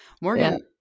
Morgan